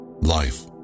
Life